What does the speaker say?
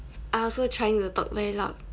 I also trying to talk very loud